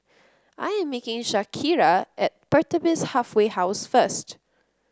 I am meeting Shakira at Pertapis Halfway House first